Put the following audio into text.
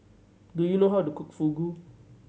do you know how to cook Fugu